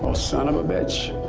ah son of a bitch